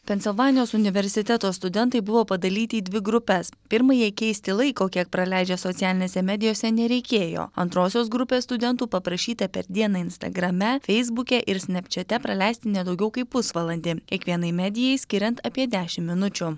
pensilvanijos universiteto studentai buvo padalyti į dvi grupes pirmajai keisti laiko kiek praleidžia socialinėse medijose nereikėjo antrosios grupės studentų paprašyta per dieną instagrame feisbuke ir snepčiate praleisti ne daugiau kaip pusvalandį kiekvienai medijai skiriant apie dešim minučių